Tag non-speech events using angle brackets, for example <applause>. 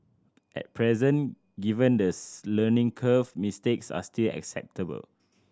at present given the <unintelligible> learning curve mistakes are still acceptable